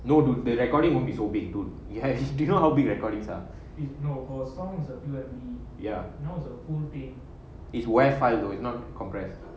no do the recording won't be so big dude have you do you know how big recordings are it's not all songs ya now's your own only is wifi though is not congress